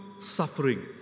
suffering